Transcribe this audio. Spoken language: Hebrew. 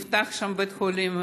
נפתח שם בית חולים,